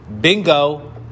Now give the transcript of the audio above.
Bingo